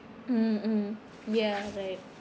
mm mm ya right